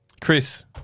Chris